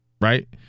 right